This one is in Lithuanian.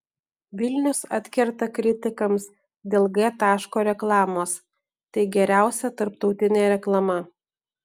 vilnius atkerta kritikams dėl g taško reklamos tai geriausia tarptautinė reklama